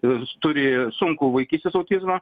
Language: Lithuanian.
jis turi sunkų vaikystės autizmą